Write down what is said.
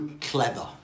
clever